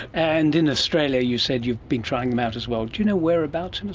and in australia you said you'd been trying them out as well. do you know whereabouts in ah